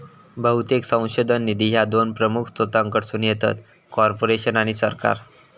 बहुतेक संशोधन निधी ह्या दोन प्रमुख स्त्रोतांकडसून येतत, कॉर्पोरेशन आणि सरकार